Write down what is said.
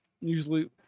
usually